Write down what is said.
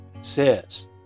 says